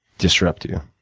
disrupt you?